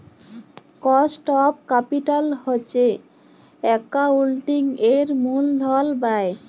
cost of capital হছে একাউল্টিংয়ের মূলধল ব্যায়